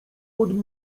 pod